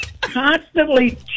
constantly